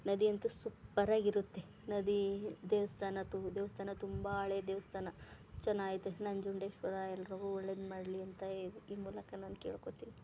ನದಿ ಅಂತು ಸುಪ್ಪರ್ ಆಗಿರುತ್ತೆ ನದಿ ದೇವಸ್ಥಾನ ದೇವಸ್ಥಾನ ತುಂಬ ಹಳೇ ದೇವಸ್ಥಾನ ಚನಾಗಿದೆ ನಂಜುಂಡೇಶ್ವರ ಎಲ್ರಿಗು ಒಳ್ಳೆದು ಮಾಡಲಿ ಅಂತ ಈ ಈ ಮೂಲಕ ನಾನು ಕೇಳ್ಕೊತೀನಿ